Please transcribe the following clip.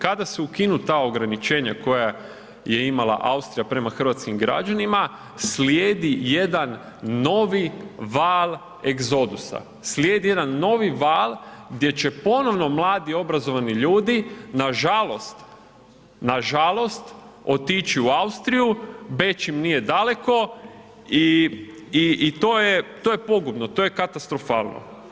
Kada se ukinu ta ograničenja koja je imala Austrija prema hrvatskim građanima, slijedi jedan novi val egzodusa, slijedi jedan novi val gdje će ponovno mladi obrazovani ljudi nažalost otići u Austriju, Beč im nije daleko i to je pogubno, to je katastrofalno.